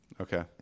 okay